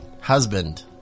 husband